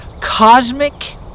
cosmic